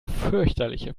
fürchterliche